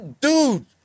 dude